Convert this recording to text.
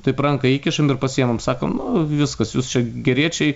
taip ranką įkišam ir pasiimam sako nu viskas jūs čia geriečiai